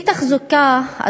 אי-תחזוקה,